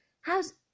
How's